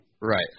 Right